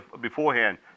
beforehand